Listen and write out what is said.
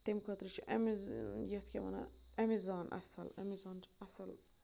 تَمہِ خٲطرٕ چھِ اَمے یَتھ کیاہ وَنان اَمٮ۪زان اَصٕل اَمٮ۪زان چھُ اصٕل